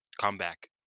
comeback